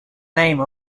name